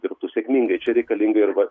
dirbtų sėkmingai čia reikalinga ir va